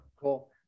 Cool